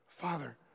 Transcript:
Father